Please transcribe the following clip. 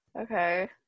Okay